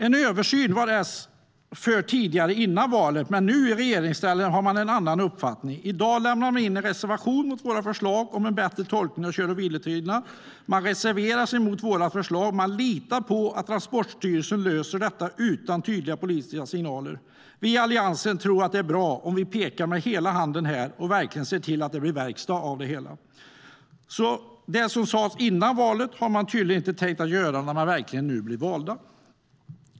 Socialdemokraterna var för en översyn före valet. Men nu i regeringsställning har de en annan uppfattning. I dag har de en reservation mot våra förslag om en bättre tolkning av kör och vilotiderna. De reserverar sig mot våra förslag och litar på att Transportstyrelsen löser detta utan tydliga politiska signaler. Vi i Alliansen tror att det är bra om vi pekar med hela handen här och verkligen ser till att det blir verkstad av det hela. Det som de sa före valet har de tydligen inte tänkt att göra när de nu har blivit valda.